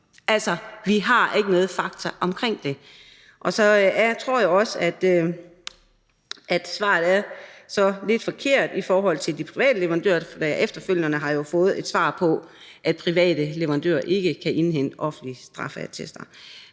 Altså, vi har ikke noget faktuelt omkring det. Så tror jeg også, at svaret er lidt forkert i forhold til de private leverandører, for jeg har jo efterfølgende fået et svar på det, nemlig at private leverandører ikke kan indhente offentlige straffeattester.